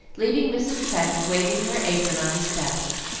leaving mrs. pecq waving her apron on the steps.